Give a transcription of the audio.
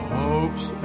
hopes